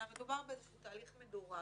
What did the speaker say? אלא מדובר באיזשהו תהליך מדורג.